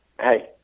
hey